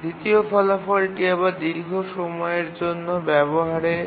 দ্বিতীয় ফলাফলটি আবার দীর্ঘ সময়ের জন্য ব্যবহারের